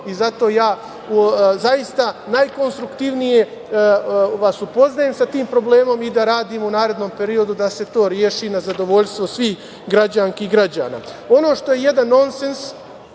Zato ja najkonstruktivnije vas upoznajem sa tim problemom i da radimo u narednom periodu da se to reši na zadovoljstvo svih građanki i građana. Ono što je jedan nonsens